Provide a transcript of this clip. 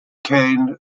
cane